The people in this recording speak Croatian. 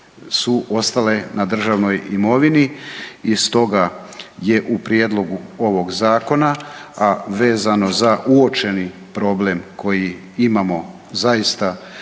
su ostale na državnoj imovini i stoga je u prijedlogu ovog Zakona, a vezano za uočeni problem koji imamo zaista